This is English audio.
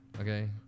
Okay